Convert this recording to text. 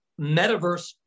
metaverse